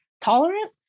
tolerant